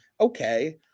okay